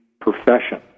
profession